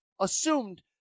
assumed